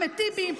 אחמד טיבי,